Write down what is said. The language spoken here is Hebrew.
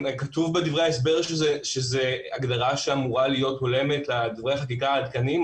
בדברי ההסבר כתוב שזו הגדרה שאמורה להיות הולמת דברי חקיקה עדכניים.